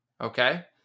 okay